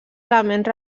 elements